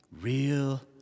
real